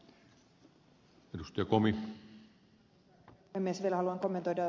vielä haluan kommentoida tuota ed